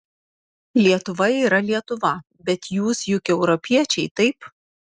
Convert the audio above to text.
lietuva yra lietuva bet jūs juk europiečiai taip